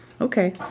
Okay